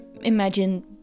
imagine